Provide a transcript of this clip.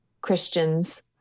christians